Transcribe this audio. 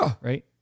Right